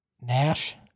Nash